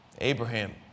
Abraham